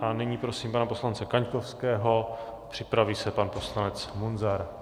A nyní prosím pana poslance Kaňkovského, připraví se pan poslanec Munzar.